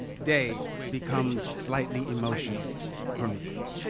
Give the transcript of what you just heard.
day becomes slightly emotional for me.